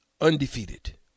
undefeated